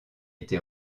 été